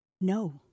No